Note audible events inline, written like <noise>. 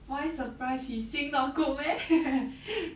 why surprised he sing not good meh <laughs>